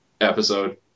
episode